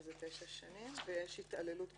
שזה תשע שנים, ויש התעללות גופנית,